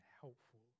helpful